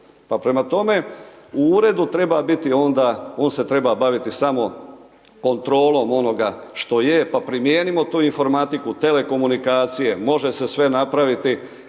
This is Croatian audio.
prema tome, u uredu treba biti onda, on se treba baviti samo kontrolom onoga što je pa primijenimo tu informatiku, telekomunikacije, može se sve napraviti.